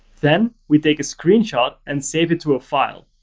then we take a screenshot and save it to a file